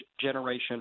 generation